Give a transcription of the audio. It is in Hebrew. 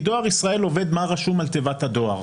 דואר ישראל עובד לפי מה שרשום על תיבת הדואר.